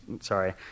sorry